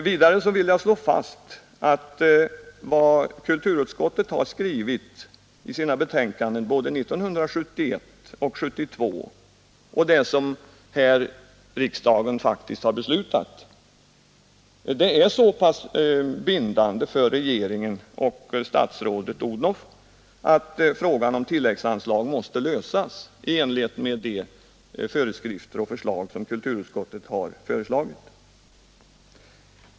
Vidare vill jag slå fast att vad kulturutskottet har skrivit i sina betänkanden både 1971 och 1972 och det som riksdagen faktiskt har beslutat är så pass bindande för regeringen och statsrådet Odhnoff att frågan om tilläggsanslag måste lösas i enlighet med de föreskrifter som kulturutskottet har föreslagit.